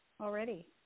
already